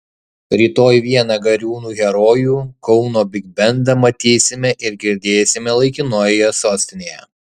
rytoj vieną gariūnų herojų kauno bigbendą matysime ir girdėsime laikinojoje sostinėje